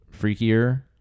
freakier